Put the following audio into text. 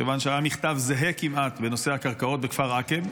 כיוון שהיה מכתב זהה כמעט בנושא הקרקעות בכפר עקב,